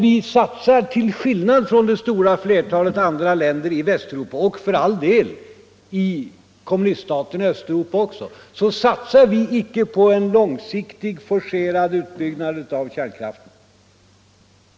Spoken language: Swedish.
Men till skillnad från det stora flertalet andra länder i Västeuropa, och för all del också i kommuniststaterna i Östeuropa, satsar vi icke på en långsiktig forcerad utbyggnad av kärnkraften.